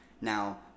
Now